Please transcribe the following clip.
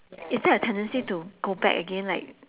is there a tendency to go back again like